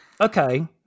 Okay